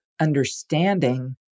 understanding